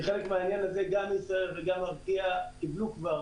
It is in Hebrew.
כחלק מהעניין הזה גם ישראייר וגם ארקיע קיבלו כבר